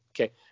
Okay